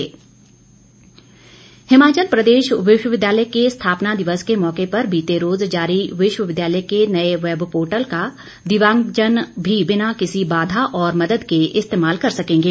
विश्वविद्यालय हिमाचल प्रदेश विश्वविद्यालय के स्थापना दिवस के मौके पर बीते रोज जारी विश्वविद्यालय के नए वैब पोर्टल का दिव्यांगजन भी बिना किसी बाधा और मद्द के इस्तेमाल कर सकेंगे